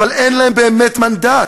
אבל אין להם באמת מנדט,